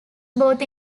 both